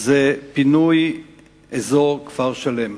הוא פינוי אזור כפר-שלם.